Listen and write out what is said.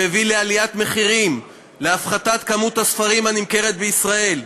שהביא לעליית מחירים ולהפחתת כמות הספרים הנמכרת בישראל.